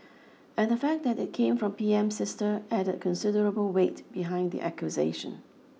and the fact that it came from P M's sister added considerable weight behind the accusation